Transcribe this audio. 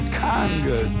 conga